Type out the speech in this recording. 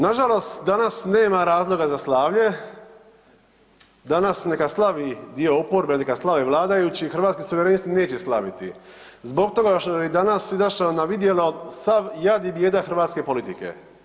Nažalost, danas nema razloga za slavlje, danas neka slavi dio oporbe ili neka slave vladajuće, Hrvatski suverenisti neće slaviti zbog toga što je danas izašlo na vidjelo sav jad i bijeda hrvatske politike.